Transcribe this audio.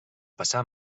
passar